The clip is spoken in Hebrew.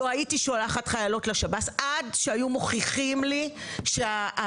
לא הייתי שולחת חיילות לשב"ס עד שהיו מוכיחים לי שהעירוב